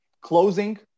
closing